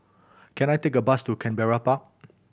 can I take a bus to Canberra Park